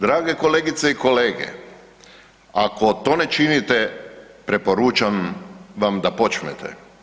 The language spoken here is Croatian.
Drage kolegice i kolege, ako to ne činite preporučam vam da počnete.